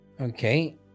Okay